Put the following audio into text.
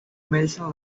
medicine